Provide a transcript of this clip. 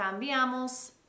cambiamos